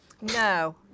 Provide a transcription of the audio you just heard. No